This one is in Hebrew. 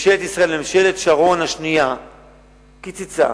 גם קיצוצים.